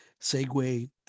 segue